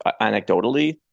anecdotally